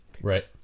Right